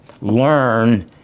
learn